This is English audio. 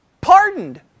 Pardoned